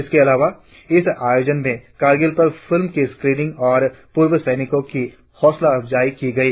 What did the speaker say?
इसके अलावा इस आयोजन में कारगिल पर फिल्म की स्क्रीनिंग और पूर्व सैनिकों की हौसला अफजाई की गई